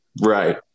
Right